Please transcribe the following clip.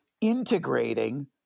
integrating